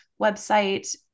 website